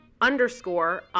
underscore